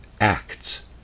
acts